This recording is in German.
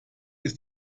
ist